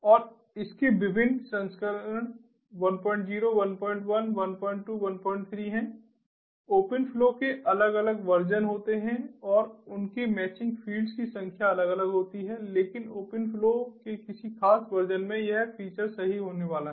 और इसके विभिन्न संस्करण 10 11 12 13 हैं ओपन फ्लो के अलग अलग वर्जन होते हैं और उनके मैचिंग फील्ड्स की संख्या अलग अलग होती है लेकिन ओपन फ्लो के किसी खास वर्जन में यह फीचर्स सही होने वाले हैं